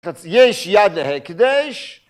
יש יד להקדש.